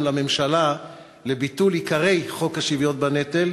לממשלה לביטול עיקרי חוק השוויון בנטל,